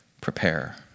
prepare